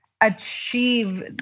achieve